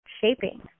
shaping